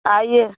I A